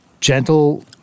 gentle